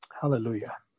Hallelujah